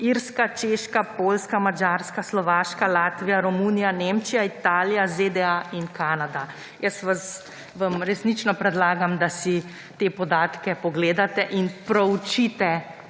Irska, Češka, Poljska, Madžarska, Slovaška, Latvija, Romunija, Nemčija, Italija, ZDA in Kanada. Resnično vam predlagam, da si te podatke pogledate in jih proučite